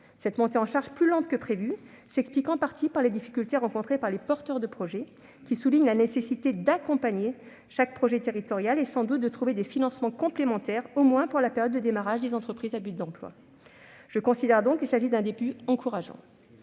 Cette montée en charge plus lente que prévu s'explique en partie par les difficultés rencontrées par les porteurs de projet, qui soulignent la nécessité d'accompagner chaque projet territorial et, sans doute, de trouver des financements complémentaires, au moins pour la période de démarrage des entreprises à but d'emploi. Je considère donc qu'il s'agit d'un début encourageant.